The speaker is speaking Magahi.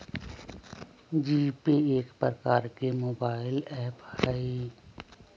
जीपे एक प्रकार के मोबाइल ऐप हइ